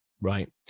right